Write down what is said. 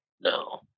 no